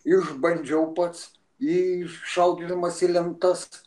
išbandžiau pats jį šaudydamas į lentas